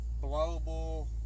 Global